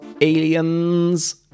aliens